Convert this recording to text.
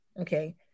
Okay